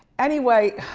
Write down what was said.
anyway,